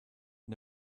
and